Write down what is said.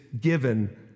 given